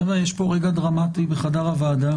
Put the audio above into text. --- חבר'ה, יש פה רגע דרמטי בחדר הוועדה.